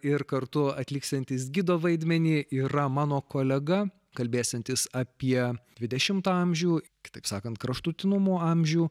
ir kartu atliksiantys gido vaidmenį yra mano kolega kalbėsiantis apie dvidešimtą amžių kitaip sakant kraštutinumų amžių